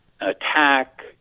attack